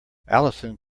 alison